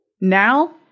Now